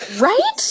Right